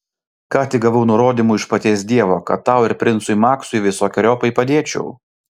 ką tik gavau nurodymų iš paties dievo kad tau ir princui maksui visokeriopai padėčiau